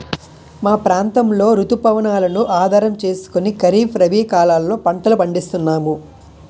మా ప్రాంతంలో రుతు పవనాలను ఆధారం చేసుకుని ఖరీఫ్, రబీ కాలాల్లో పంటలు పండిస్తున్నాము